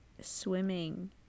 swimming